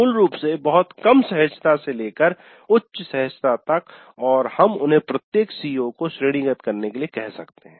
मूल रूप से बहुत कम सहजता से लेकर उच्च सहजता तक और हम उन्हें प्रत्येक CO को श्रेणीगत करने के लिए कह सकते हैं